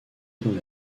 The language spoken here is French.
dans